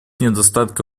недостатка